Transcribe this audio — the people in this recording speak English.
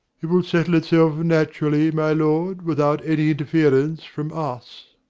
it will settle itself naturally, my lord, without any interference from us.